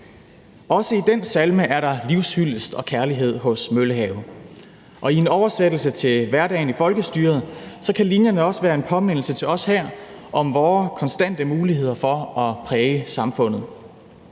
Også i den salme er der livshyldest og kærlighed hos Møllehave. Og i en oversættelse til hverdagen i folkestyret kan linjerne også være en påmindelse til os her om vore konstante muligheder for at præge samfundet.